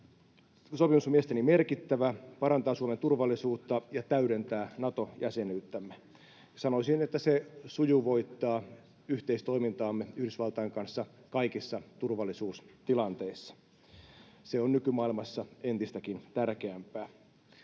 Sopimus on mielestäni merkittävä, parantaa Suomen turvallisuutta ja täydentää Nato-jäsenyyttämme. Sanoisin, että se sujuvoittaa yhteistoimintaamme Yhdysvaltain kanssa kaikissa turvallisuustilanteissa. Se on nykymaailmassa entistäkin tärkeämpää.